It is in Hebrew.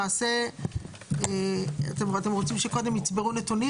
למעשה אתם רוצים שקודם יצברו נתונים